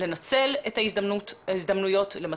זו תקווה מאוד טובה שאני שמחה שאת מסיימת אתה